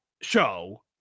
show